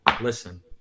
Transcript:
Listen